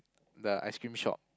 the ice-cream shop